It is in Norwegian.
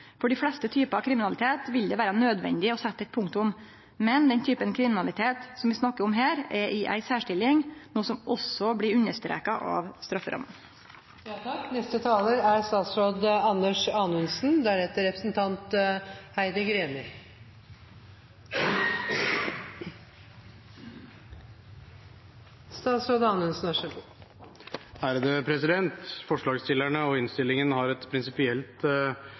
For dei fleste typar kriminalitet vil det vere nødvendig å setje eit punktum, men den typen kriminalitet vi snakkar om her, er i ei særstilling, noko som også blir understreka av strafferamma. Forslagsstillerne og innstillingen har et prinsipielt utgangspunkt, men det er